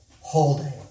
holding